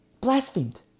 Blasphemed